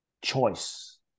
choice